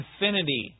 infinity